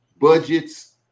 budgets